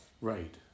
Right